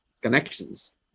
connections